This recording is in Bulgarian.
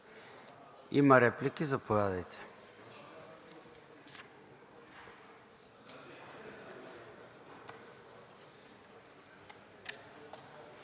Има реплики – заповядайте.